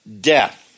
death